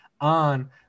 on